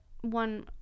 one